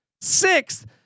sixth